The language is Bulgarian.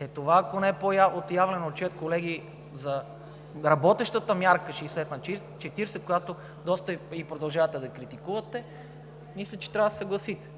Е това, ако не е по-отявлен отчет, колеги, за работещата мярка 60/40, която продължавате да критикувате, мисля, че трябва да се съгласите.